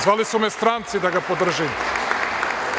Zvali su me stranci da ga podržim.